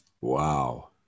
Wow